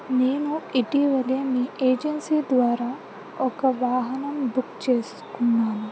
నేను ఇటీవలే మీ ఏజెన్సీ ద్వారా ఒక వాహనం బుక్ చేసుకున్నాను